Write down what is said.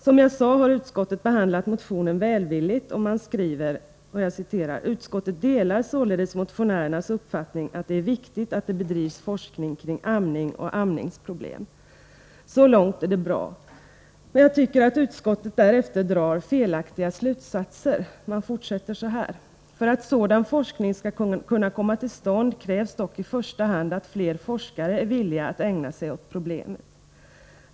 Som jag sade, har utskottet behandlat motionen välvilligt och skriver: ”Utskottet delar således motionärernas uppfattning att det är viktigt att det bedrivs forskning kring amning och amningsproblem.” Så långt är det bra. Jag tycker emellertid att utskottet därefter drar felaktiga slutsatser. Utskottet fortsätter så här: ”För att sådan forskning skall kunna komma till stånd krävs dock i första hand att fler forskare är villiga att ägna sig åt problemet.